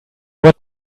what